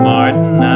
Martin